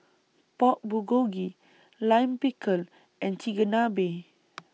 Pork Bulgogi Lime Pickle and Chigenabe